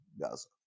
Gaza